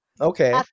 okay